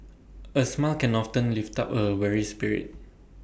A smile can often lift up A weary spirit